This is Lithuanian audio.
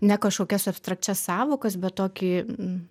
ne kažkokias abstrakčias sąvokas bet tokį